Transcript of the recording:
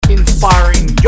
inspiring